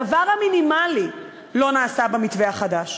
הדבר המינימלי לא נעשה במתווה החדש: